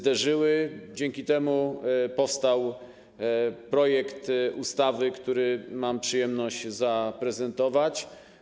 Dzięki temu powstał projekt ustawy, który mam przyjemność zaprezentować.